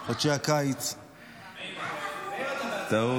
חודשי הקיץ מביאים עימם סכנות